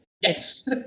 Yes